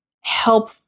help